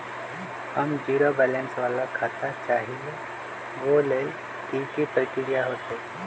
हम zero balance वाला खाता चाहइले वो लेल की की प्रक्रिया होतई?